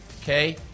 Okay